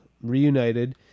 reunited